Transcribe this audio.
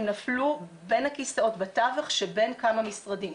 הם נפלו בין הכיסאות בתווך שבין כמה משרדים,